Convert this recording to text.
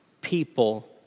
people